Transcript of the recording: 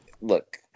Look